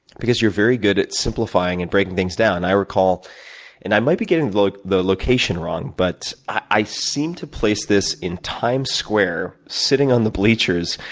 because you're very good at simplifying, and breaking things down. i recall and, i might be getting the the location wrong. but, i seem to place this in times square, sitting on the bleachers,